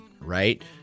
right